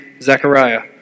Zechariah